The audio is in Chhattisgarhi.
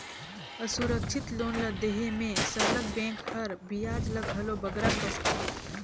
असुरक्छित लोन ल देहे में सरलग बेंक हर बियाज ल घलो बगरा कसथे